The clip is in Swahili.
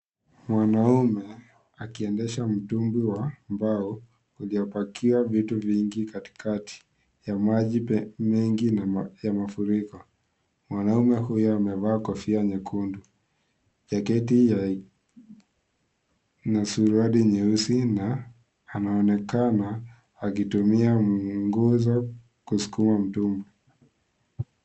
Mwanamue akiendesha mtumbwi wa mbao ulopakia vitu vingi katikati ya maji mengi ya mafuriko. Mwanamume huyu amevaa kofia nyekundu, jaketi na suruali nyeusi na anaonekana akitumia mwongozo kusukuma mtumbwi.